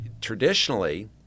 traditionally